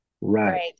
Right